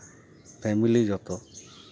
family ᱡᱚᱛᱚ